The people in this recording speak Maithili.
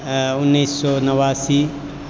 उन्नैस सए नबासी